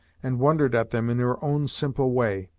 and wondered at them in her own simple way.